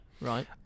Right